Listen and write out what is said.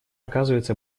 оказывается